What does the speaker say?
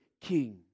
king